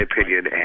opinion